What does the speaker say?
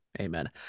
Amen